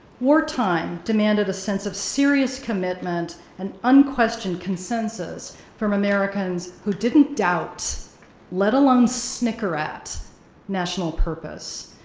war time demanded a sense of serious commitment and unquestioned consensus from americans who didn't doubt let alone snicker at national purpose,